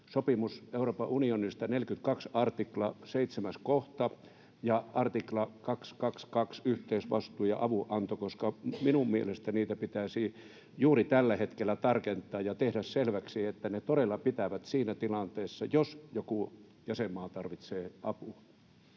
sopimus Euroopan unionista, 42 artikla 7 kohta, ja artikla 222, yhteisvastuu ja avunanto, koska minun mielestäni niitä pitäisi juuri tällä hetkellä tarkentaa ja tehdä selväksi, että ne todella pitävät siinä tilanteessa, jos joku jäsenmaa tarvitsee apua?